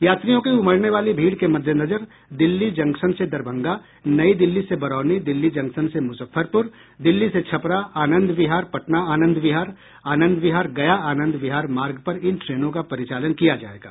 यात्रियों की उमड़ने वाली भीड़ के मद्देनजर दिल्ली जंक्शन से दरभंगा नई दिल्ली से बरौनी दिल्ली जंक्शन से मुजफ्फरपुर दिल्ली से छपरा आनंद विहार पटना आनंद विहार आनंद विहार गया आनंद विहार मार्ग पर इन ट्रेनों का परिचालन किया जायेगा